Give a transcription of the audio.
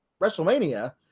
WrestleMania